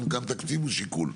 גם תקציב הוא שיקול.